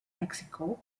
mexico